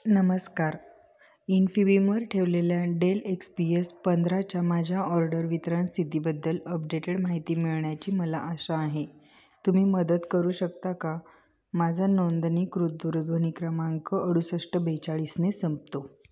नमस्कार इनफिविमवर ठेवलेल्या डेल एक्स पी यस पंधराच्या माझ्या ऑर्डर वितरण स्थितीबद्दल अपडेटेड माहिती मिळण्याची मला आशा आहे तुम्ही मदत करू शकता का माझा नोंदणीकृत दूरध्वनी क्रमांक अडुसष्ट बेचाळीसने संपतो